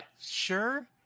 Sure